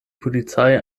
polizei